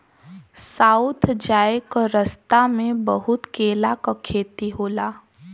south जाए क रस्ता में बहुत केला क खेती होला